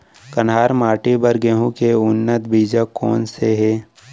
कन्हार माटी बर गेहूँ के उन्नत बीजा कोन से हे?